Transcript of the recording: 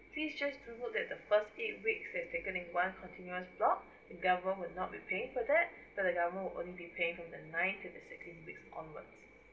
please just do note that the first eight weeks that taken in one continuous block the government will not be paying for that so the government will only be paying from the ninth to the sixteenth week onwards